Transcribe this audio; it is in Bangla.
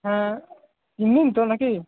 হ্যাঁ তিনদিন তো নাকি